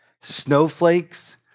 snowflakes